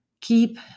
keep